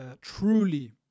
Truly